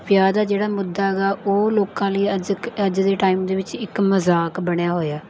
ਵਿਆਹ ਦਾ ਜਿਹੜਾ ਮੁੱਦਾ ਗਾ ਉਹ ਲੋਕਾਂ ਲਈ ਅੱਜ ਕ ਅੱਜ ਦੇ ਟਾਈਮ ਦੇ ਵਿੱਚ ਇੱਕ ਮਜ਼ਾਕ ਬਣਿਆ ਹੋਇਆ